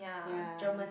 ya